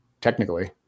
technically